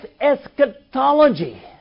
eschatology